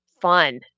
fun